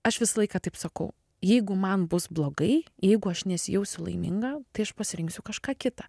aš visą laiką taip sakau jeigu man bus blogai jeigu aš nesijausiu laiminga tai aš pasirinksiu kažką kitą